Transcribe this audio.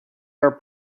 are